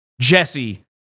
Jesse